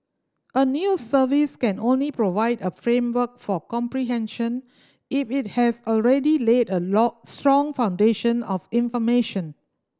a news service can only provide a framework for comprehension if it has already laid a lot strong foundation of information